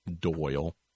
Doyle